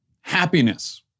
Happiness